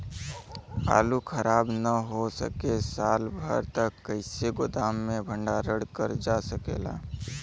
आलू खराब न हो सके साल भर तक कइसे गोदाम मे भण्डारण कर जा सकेला?